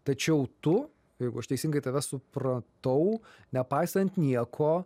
tačiau tu jeigu aš teisingai tave supratau nepaisant nieko